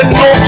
no